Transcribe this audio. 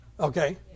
Okay